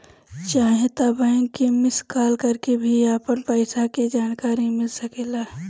चाहे त बैंक के मिस कॉल करके भी अपन पईसा के जानकारी मिल सकेला